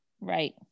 Right